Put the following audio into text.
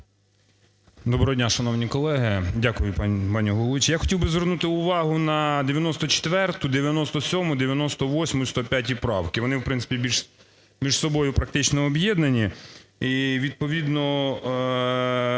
Доброго дня, шановні колеги. Дякую, пані головуюча. Я хотів би звернути увагу на 94-у, 97-у, 98-у і 105-у правки. Вони, в принципі, більш між собою практично об'єднані